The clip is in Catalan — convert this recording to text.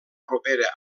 propera